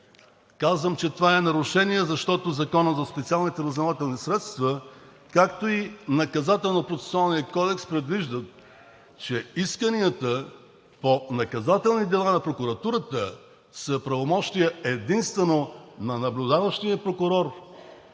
Казвам, че това е нарушение, защото Законът за специалните разузнавателни средства, както и Наказателно-процесуалният кодекс, предвиждат, че исканията по наказателни дела на прокуратурата са правомощия единствено на наблюдаващия прокурор,